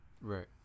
right